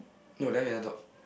no then we never talk